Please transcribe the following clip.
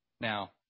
Now